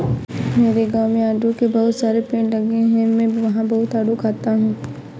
मेरे गाँव में आड़ू के बहुत सारे पेड़ लगे हैं मैं वहां बहुत आडू खाता हूँ